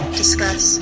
discuss